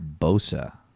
Bosa